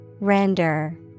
Render